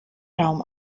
raum